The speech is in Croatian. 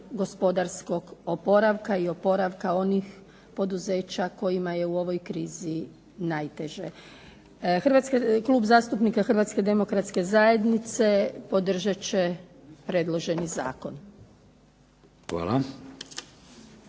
gospodarskog oporavka i oporavka onih poduzeća kojima je u ovoj krizi najteže. Klub zastupnika Hrvatske demokratske zajednice podržat će predloženi zakon.